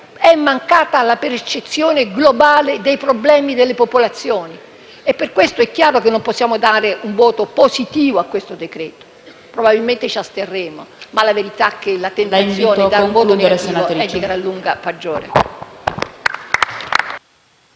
È mancata la percezione globale dei problemi delle popolazioni. Per questo è chiaro che non possiamo dare un voto positivo a questo decreto-legge. Probabilmente ci asterremo, ma la verità è che la tentazione di esprimere un voto negativo è di gran lunga maggiore.